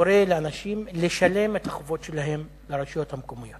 הקוראת לאנשים לשלם את החובות שלהם לרשויות המקומיות,